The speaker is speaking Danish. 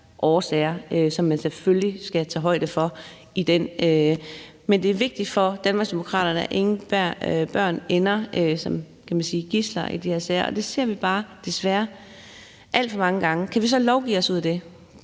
årsager, som man selvfølgelig skal tage højde for i den sammenhæng. Men det er vigtigt for Danmarksdemokraterne, at ingen børn ender som, kan man sige, gidsler i de her sager, men det ser vi bare desværre alt for mange gange. Kan vi så lovgive os ud af det?